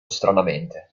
stranamente